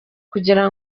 kugira